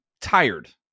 tired